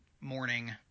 morning